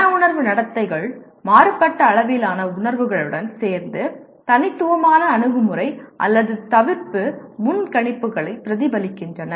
மன உணர்வு நடத்தைகள் மாறுபட்ட அளவிலான உணர்வுகளுடன் சேர்ந்து தனித்துவமான "அணுகுமுறை" அல்லது "தவிர்ப்பு" முன்கணிப்புகளை பிரதிபலிக்கின்றன